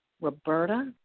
Roberta